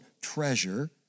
treasure